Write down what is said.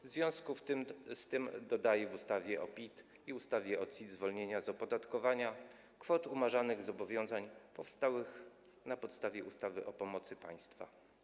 W związku z tym dodaje w ustawie o PIT i ustawie o CIT zwolnienia z opodatkowania kwot umarzanych zobowiązań powstałych na podstawie ustawy o pomocy państwa.